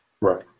Right